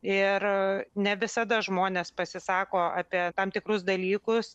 ir ne visada žmonės pasisako apie tam tikrus dalykus